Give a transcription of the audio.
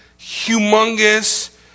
humongous